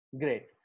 Great